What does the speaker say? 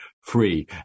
free